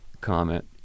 comment